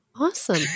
Awesome